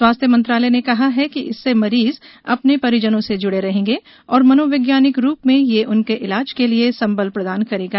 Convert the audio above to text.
स्वास्थ्य मंत्रालय ने कहा है कि इससे मरीज अपने परिजनों से जुड़े रहेंगे और मनोवैज्ञानिक रूप में ये उनके इलाज के लिए संबल प्रदान करेगा